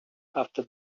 after